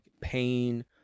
pain